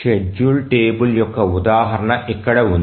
schedule table యొక్క ఉదాహరణ ఇక్కడ ఉంది